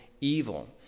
evil